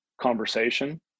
conversation